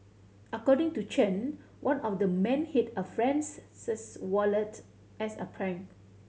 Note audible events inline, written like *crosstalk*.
according to Chen one of the men hid a friend's *unintelligible* wallet as a prank